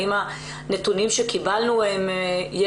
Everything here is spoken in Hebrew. האם בנתונים שקיבלנו יש